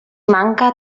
manca